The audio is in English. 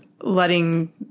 letting